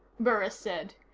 burris said.